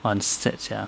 很 sad sia